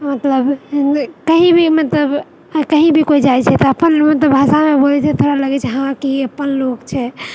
मतलब कही भी मतलब कही भी केओ जाइत छै तऽ अपन मतलब भाषामे बोलै छै लगै छै हँ कि अपन लोक छै